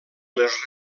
les